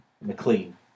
McLean